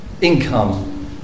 income